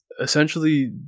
essentially